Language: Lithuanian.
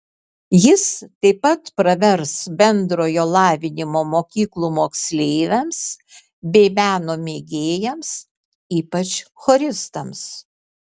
jis taip pat pravers bendrojo lavinimo mokyklų moksleiviams bei meno mėgėjams ypač choristams